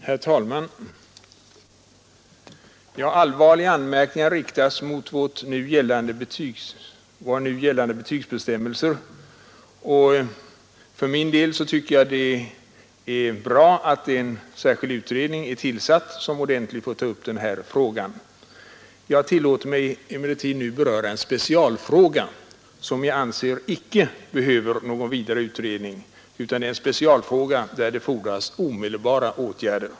Herr talman! Allvarliga anmärkningar riktas mot våra nu gällande betygsbestämmelser. För min del tycker jag det är bra att en särskild utredning är tillsatt som ordentligt får ta upp betygsfrågan. Jag tillåter mig emellertid nu beröra en specialfråga som jag anser icke behöver någon vidare utredning, en specialfråga som fordrar omedelbara åtgärder.